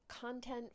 content